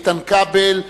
איתן כבל,